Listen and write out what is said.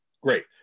Great